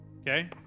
Okay